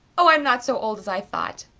oh, i'm not so old as i thought.